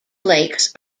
lakes